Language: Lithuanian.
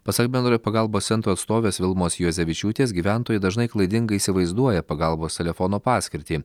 pasak bendrojo pagalbos centro atstovės vilmos juozevičiūtės gyventojai dažnai klaidingai įsivaizduoja pagalbos telefono paskirtį